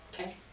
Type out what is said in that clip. Okay